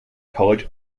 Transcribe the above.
college